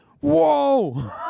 Whoa